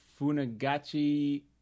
Funagachi